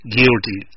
Guilty